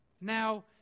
Now